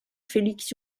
félix